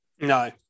no